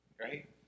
right